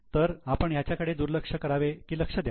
तर आपण याच्याकडे दुर्लक्ष करावे की लक्ष द्यावे